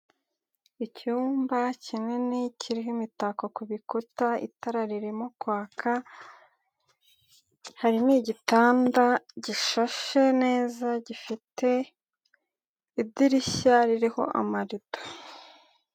Icyumba kinini kirimo imitako ku ibkuta, itara ririmo kwaka, hari n'igitanda gishashe neza gifite idirishya ririho amarido.